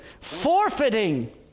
forfeiting